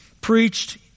preached